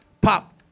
pop